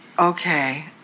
okay